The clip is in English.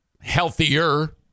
healthier